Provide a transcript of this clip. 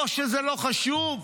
לא שזה לא חשוב.